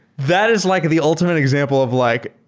that is like the ultimate example of like